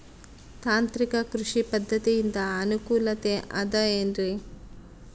ತಾಂತ್ರಿಕ ಕೃಷಿ ಪದ್ಧತಿಯಿಂದ ಅನುಕೂಲತೆ ಅದ ಏನ್ರಿ?